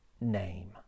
name